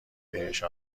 بهش